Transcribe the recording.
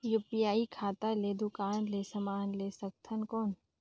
UPI खाता ले दुकान ले समान ले सकथन कौन?